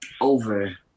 over